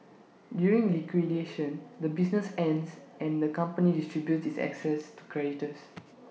during liquidation the business ends and the company distributes its assets to creditors